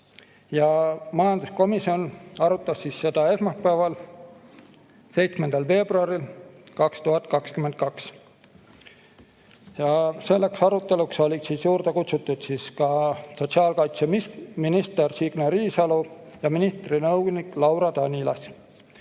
Majanduskomisjon arutas seda esmaspäeval, 7. veebruaril 2022. Selleks aruteluks olid kohale kutsutud ka sotsiaalkaitseminister Signe Riisalo ja ministri nõunik Laura Danilas,